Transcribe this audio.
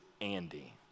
Andy